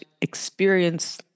experience